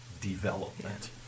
development